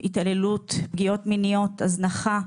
התעללות, פגיעות מיניות, הזנחה.